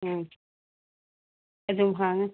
ꯎꯝ ꯑꯗꯨꯝ ꯍꯥꯡꯉꯦ